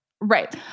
Right